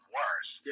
worse